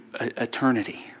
eternity